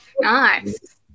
Nice